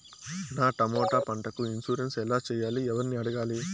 నా టమోటా పంటకు ఇన్సూరెన్సు ఎలా చెయ్యాలి? ఎవర్ని అడగాలి?